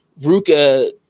Ruka